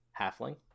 halfling